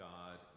God